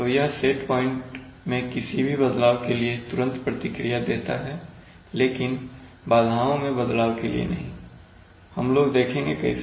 तो यह set point में किसी बदलाव के लिए तुरंत प्रतिक्रिया देता है लेकिन बाधाओं में बदलाव के लिए नहीं हम लोग देखेंगे कैसे